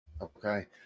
Okay